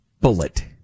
bullet